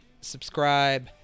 subscribe